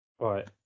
right